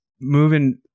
Moving